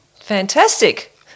Fantastic